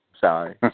Sorry